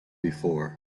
before